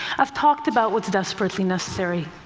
i've talked about what's desperately necessary.